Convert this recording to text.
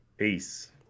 Peace